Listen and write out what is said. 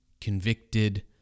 convicted